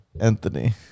Anthony